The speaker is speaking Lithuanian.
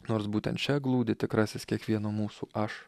nors būtent čia glūdi tikrasis kiekvieno mūsų aš